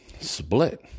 split